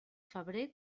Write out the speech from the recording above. febrer